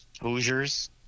Hoosiers